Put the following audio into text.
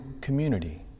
community